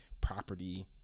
property